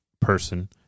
person